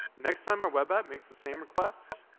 next time our web app makes the same request,